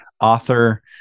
author